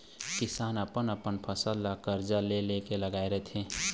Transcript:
किसान मन अपन फसल ल करजा ले के लगाए रहिथे